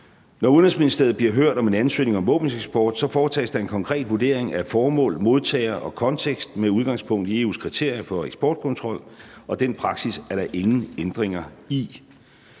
Når Udenrigsministeriet bliver hørt om en ansøgning om våbeneksport, foretages der en konkret vurdering af formål, modtager og kontekst med udgangspunkt i EU's kriterier for eksportkontrol, og den praksis er der ingen ændringer i.